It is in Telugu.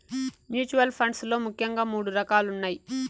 మ్యూచువల్ ఫండ్స్ లో ముఖ్యంగా మూడు రకాలున్నయ్